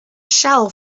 shell